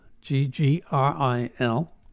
G-G-R-I-L